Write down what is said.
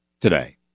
today